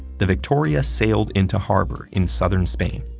the victoria sailed into harbor in southern spain.